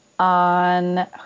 on